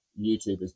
YouTubers